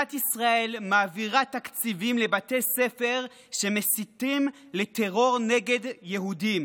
מדינת ישראל מעבירה תקציבים לבתי ספר שמסיתים לטרור נגד יהודים.